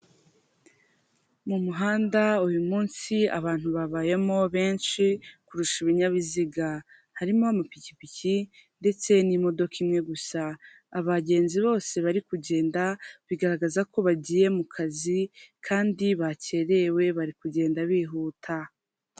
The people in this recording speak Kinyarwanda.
Mu muhanda uyu munsi abantu babayemo benshi kurusha ibinyabiziga harimo amapikipiki ndetse n'imodoka imwe gusa. Abagezi bose bari kugenda bigaragaza ko bagiye mu kazi kandi bakerewe bari kugenda bihuta.